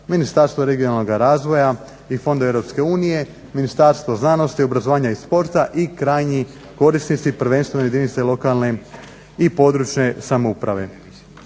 Ministarstvo regionalnog razvoja i fondova Europske unije, Ministarstvo znanosti, obrazovanja i sporta i krajnjih korisnici, prvenstveno jedinice lokalne i područne samouprave.